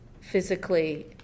physically